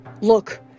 Look